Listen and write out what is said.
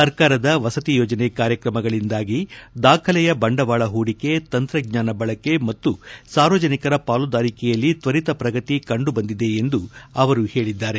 ಸರ್ಕಾರದ ವಸತಿ ಯೋಜನೆ ಕಾರ್ಯಕ್ರಮಗಳಿಂದಾಗಿ ದಾಖಲೆಯ ಬಂಡವಾಳ ಹೂಡಿಕೆ ತಂತ್ರಜ್ಞಾನ ಬಳಕೆ ಮತ್ತು ಸಾರ್ವಜನಿಕರ ಪಾಲುದಾರಿಕೆಯಲ್ಲಿ ತ್ವರಿತ ಪ್ರಗತಿ ಕಂಡುಬಂದಿದೆ ಎಂದು ಅವರು ಹೇಳಿದ್ದಾರೆ